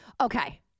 Okay